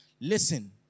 Listen